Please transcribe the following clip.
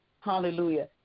Hallelujah